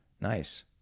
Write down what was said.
Nice